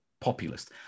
populist